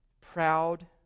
proud